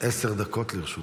עשר דקות לרשותך.